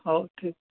ହଉ ଠିକ୍